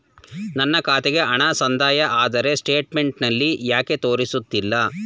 ನನ್ನ ಖಾತೆಗೆ ಹಣ ಸಂದಾಯ ಆದರೆ ಸ್ಟೇಟ್ಮೆಂಟ್ ನಲ್ಲಿ ಯಾಕೆ ತೋರಿಸುತ್ತಿಲ್ಲ?